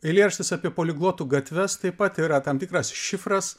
eilėraštis apie poliglotų gatves taip pat yra tam tikras šifras